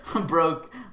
broke